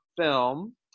film